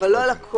אבל לא הכול.